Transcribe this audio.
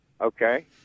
Okay